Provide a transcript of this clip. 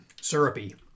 Syrupy